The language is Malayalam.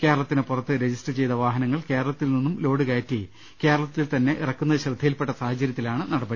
കേരളത്തിനു പുറത്ത് രജിസ്റ്റർ ചെയ്ത വാഹനങ്ങൾ കേരളത്തിൽ നിന്നും ലോഡ് കയറ്റി കേരളത്തിൽ തന്നെ ഇറക്കുന്നത് ശ്രദ്ധയിൽപ്പെട്ട സാഹ ചര്യത്തിലാണ് നടപടി